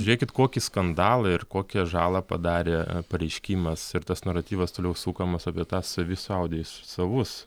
žiūrėkit kokį skandalą ir kokią žalą padarė pareiškimas ir tas naratyvas toliau sukamas apie tą savi šaudė į savus